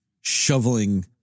shoveling